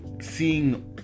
seeing